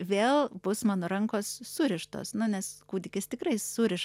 vėl bus mano rankos surištos nes kūdikis tikrai suriša